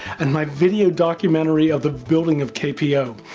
and my video documentary of the building of kpo.